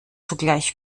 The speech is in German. zugleich